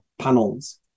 panels